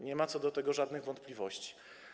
Nie ma co do tego żadnych wątpliwości.